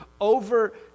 over